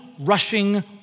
rushing